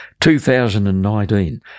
2019